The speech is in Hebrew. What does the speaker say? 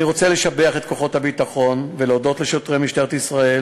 אני רוצה לשבח את כוחות הביטחון ולהודות לשוטרי משטרת ישראל